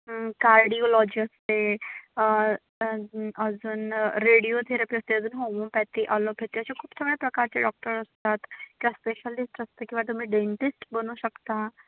cardiology असते अजून radiotherapy असते अजून होमोपॅथी अलोपॅथी असे खूप चांगल्या प्रकारचे डॉक्टर असतात किंवा स्पेशलिस्ट असते किंवा तुम्ही डेंटिस्ट बनू शकता